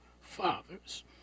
fathers